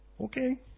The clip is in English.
okay